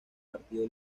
partido